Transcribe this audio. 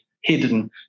hidden